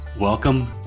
Welcome